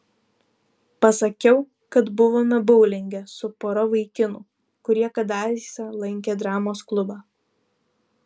pasakiau kad buvome boulinge su pora vaikinų kurie kadaise lankė dramos klubą